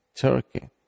turkey